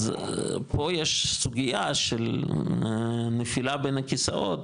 אז פה יש סוגייה של נפילה בין הכיסאות